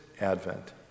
Advent